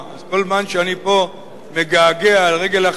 אז כל זמן שאני פה מגעגע על רגל אחת,